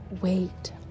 wait